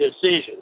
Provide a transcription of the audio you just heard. decision